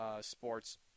sports